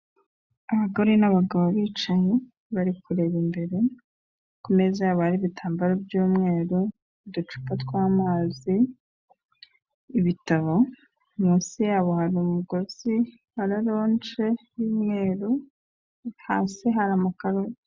Abagore n'abagabo bicaye bari kureba imbere ku meza yabo hari ibitambaro by'umweru, uducupa tw'amazi, ibitabo, munsi y'abo hari umugozi wa raronje y'umweru, hasi hari amakaro.